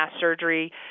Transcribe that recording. surgery